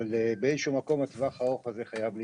אבל באיזה שהוא מקום הטווח הארוך הזה חייב להיפסק.